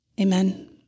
Amen